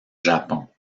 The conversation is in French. japon